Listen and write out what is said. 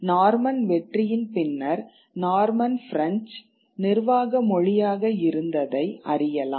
Norman வெற்றியின் பின்னர் Norman பிரஞ்சு நிர்வாக மொழியாக இருந்ததை அறியலாம்